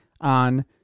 on